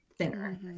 thinner